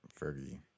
Fergie